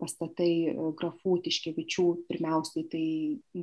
pastatai grafų tiškevičių pirmiausiai tai